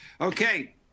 Okay